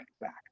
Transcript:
back